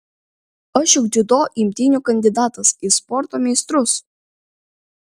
aš juk dziudo imtynių kandidatas į sporto meistrus